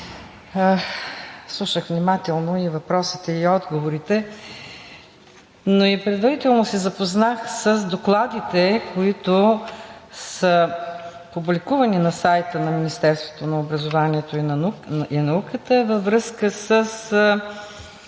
Слушах внимателно и въпросите, и отговорите, но и предварително се запознах с докладите, които са публикувани на сайта на Министерството на образованието и науката във връзка с